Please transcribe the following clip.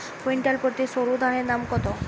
Quintal প্রতি সরুধানের দাম কত?